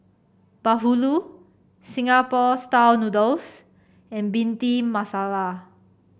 bahulu Singapore style noodles and Bhindi Masala